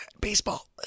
baseball